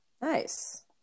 Nice